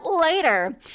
later